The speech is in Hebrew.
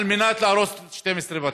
על מנת להרוס 12 בתים.